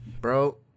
Bro